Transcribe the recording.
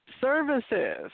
services